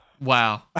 Wow